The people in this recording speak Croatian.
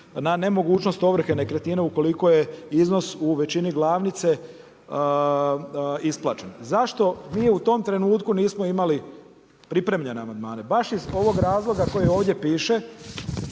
na nemogućnost ovrhe nekretnine ukoliko je iznos u većini glavnice isplaćen. Zašto mi u tom trenutku nismo imali pripremljene amandmane baš iz ovog razloga koji ovdje piše